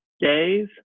days